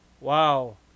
Wow